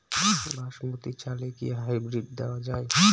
বাসমতী চালে কি হাইব্রিড দেওয়া য়ায়?